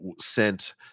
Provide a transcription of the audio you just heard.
sent